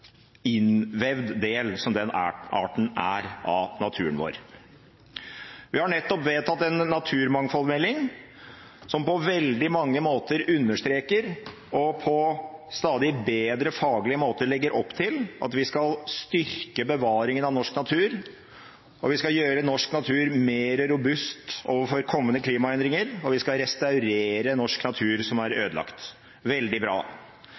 innvevd del som den arten er i naturen vår. Vi har nettopp vedtatt en naturmangfoldmelding som på veldig mange måter understreker og på stadig bedre faglige måter legger opp til at vi skal styrke bevaringen av norsk natur. Vi skal gjøre norsk natur mer robust for kommende klimaendringer, og vi skal restaurere norsk natur som er ødelagt – det er veldig bra.